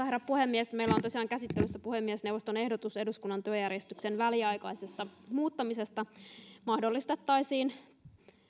herra puhemies meillä on tosiaan käsittelyssä puhemiesneuvoston ehdotus eduskunnan työjärjestyksen väliaikaisesta muuttamisesta niin että mahdollistettaisiin